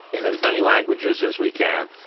in as many languages as we can,